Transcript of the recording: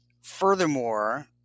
furthermore